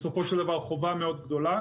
בסופו של דבר, זו חובה מאוד גדולה.